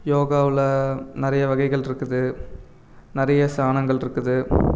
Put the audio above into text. யோகாவில் நிறைய வகைகள்ருக்குது நிறைய சாணங்கள்ருக்குது